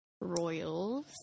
royals